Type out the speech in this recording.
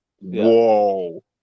Whoa